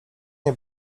nie